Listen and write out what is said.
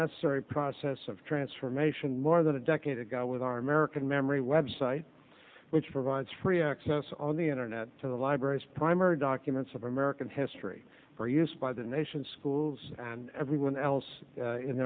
necessary process of transformation more than a decade ago with our american memory website which provides free access on the internet to the libraries primary documents of american history are used by the nation's schools and everyone else in